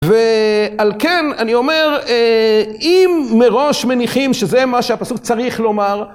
ועל כן אני אומר, אם מראש מניחים שזה מה שהפסוק צריך לומר